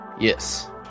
yes